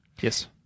Yes